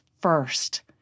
first